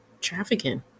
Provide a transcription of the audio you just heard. trafficking